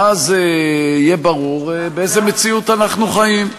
ואז יהיה ברור באיזו מציאות אנחנו חיים,